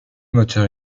moteurs